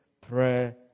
prayer